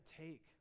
take